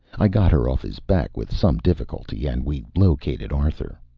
i got her off his back with some difficulty, and we located arthur.